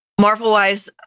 Marvel-wise